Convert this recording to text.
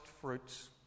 fruits